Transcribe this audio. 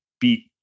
beat